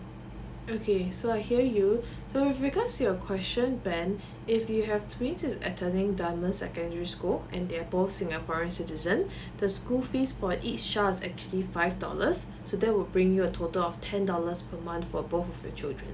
okay so I hear you so with regards to your question ben if you have attending dunman secondary school and they are both singaporeans citizen the school fees for each child is actually five dollars so that will bring your a total of ten dollars per month for both of your children